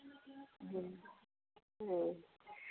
ᱦᱮᱸ ᱦᱮᱸ